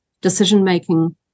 decision-making